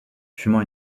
fumant